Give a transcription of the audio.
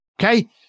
Okay